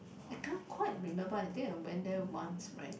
I can't quite remember I think I went there once right